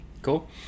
Cool